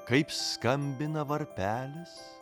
kaip skambina varpelis